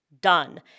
Done